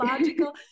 logical